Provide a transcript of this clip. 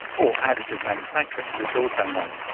or additive manufacturing, as it's also known.